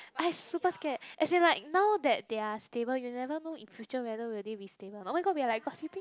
I super scared as in like now that they are stable you never know in future whether will they be stable or not oh-my-god we are like gossip